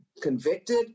convicted